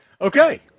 Okay